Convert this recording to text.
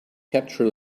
capture